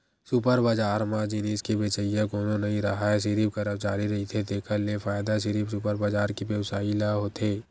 super बजार म जिनिस के बेचइया कोनो नइ राहय सिरिफ करमचारी रहिथे तेखर ले फायदा सिरिफ सुपर बजार के बेवसायी ल होथे